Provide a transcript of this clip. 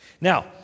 Now